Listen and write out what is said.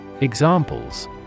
Examples